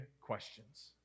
questions